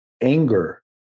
anger